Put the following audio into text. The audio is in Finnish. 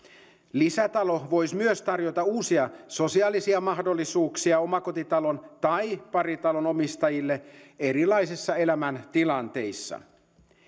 lisätalo voisi myös tarjota uusia sosiaalisia mahdollisuuksia omakotitalon tai paritalon omistajille erilaisissa elämäntilanteissa